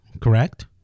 Correct